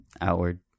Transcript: Outward